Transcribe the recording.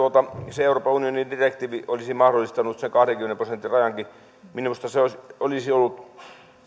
se euroopan unionin direktiivi olisi mahdollistanut sen kahdenkymmenen prosentin rajankin minusta se olisi ollut